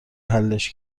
حلش